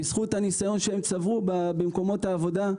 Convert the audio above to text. בזכות הניסיון שהם צברו במקומות העבודה.